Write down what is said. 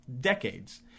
decades